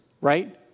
right